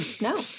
No